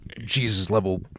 Jesus-level